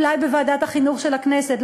אולי בוועדת החינוך של הכנסת.